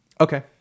Okay